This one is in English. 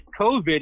covid